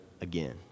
again